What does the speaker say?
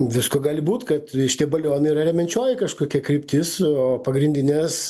visko gali būt kad šitie balionai yra remiančioji kažkokia kryptis o pagrindinės